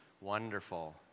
wonderful